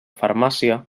farmàcia